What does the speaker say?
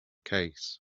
case